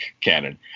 canon